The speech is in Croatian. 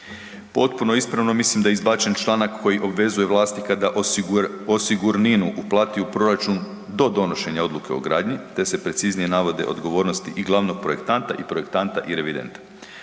Potpuno ispravno mislim da je izbačen članak koji obvezuje vlasti kada osigurninu uplatu u proračun do donošenja odluke o gradnji te se preciznije navode odgovornosti i glavnog projektanta i projektanta i revidenta.